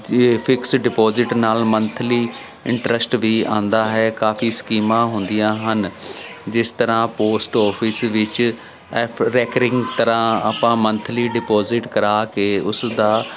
ਦੇ fix deposit ਨਾਲ monthly interest ਵੀ ਆਉਂਦਾ ਹੈ ਕਾਫੀ ਸਕੀਮਾਂ ਹੁੰਦੀਆਂ ਹਨ ਜਿਸ ਤਰ੍ਹਾਂ ਪੋਸਟ ਆਫਿਸ ਵਿੱਚ ਐਫ ਰੈਕਰਿੰਗ ਤਰ੍ਹਾਂ ਆਪਾਂ ਮੰਥਲੀ ਡਿਪੋਜਿਟ ਕਰਵਾ ਕੇ ਉਸ ਦਾ